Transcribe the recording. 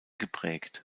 geprägt